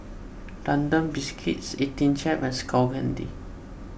London Biscuits eighteen Chef and Skull Candy